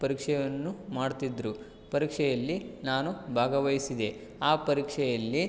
ಪರೀಕ್ಷೆಯನ್ನು ಮಾಡುತ್ತಿದ್ರು ಪರೀಕ್ಷೆಯಲ್ಲಿ ನಾನು ಭಾಗವಹಿಸಿದೆ ಆ ಪರೀಕ್ಷೆಯಲ್ಲಿ